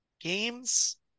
Games